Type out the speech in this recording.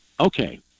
okay